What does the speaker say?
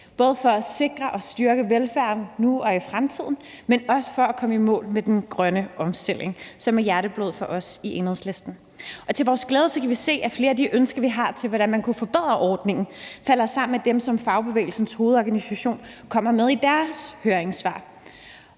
både sikre og styrke velfærden nu og i fremtiden, men også at vi kommer i mål med den grønne omstilling, som er hjerteblod for os i Enhedslisten. Til vores glæde kan vi se, at flere af de ønsker, vi har til, hvordan man kan forbedre ordningen, falder sammen med dem, som Fagbevægelsens Hovedorganisation kommer med i deres høringssvar.